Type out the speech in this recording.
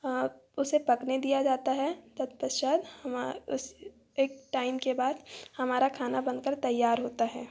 हाँ उसे पकने दिया जाता है तत्पश्चात उस एक टाइम के बाद हमारा खाना बनकर तैयार होता है